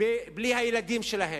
בלי הילדים שלהן,